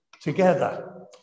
together